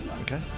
Okay